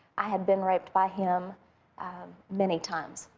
i had been raped by him many times.